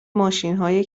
ماشینهای